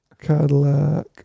Cadillac